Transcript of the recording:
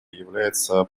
является